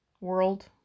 world